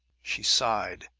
she sighed,